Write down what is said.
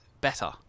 better